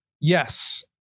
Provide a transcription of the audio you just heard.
yes